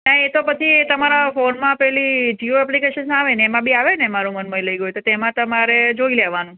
હા એ તો પછી તમારા ફોનમાં પેલી જિઓ એપ્લિકેશન આવે એમાં બી આવે ને મારું મન મોહી લઇ ગયું તો એમાં તમારે જોઈ લેવાનું